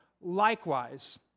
likewise